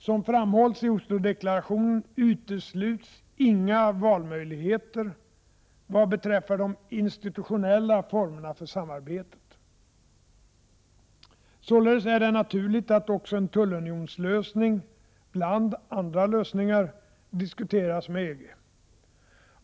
Som framhålls i Oslodeklarationen utesluts inga valmöjligheter vad beträffar de institutionella formerna för samarbetet. Således är det naturligt att också en tullunionslösning — bland andra lösningar — diskuteras med EG.